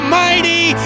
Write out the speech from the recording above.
mighty